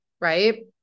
right